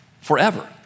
forever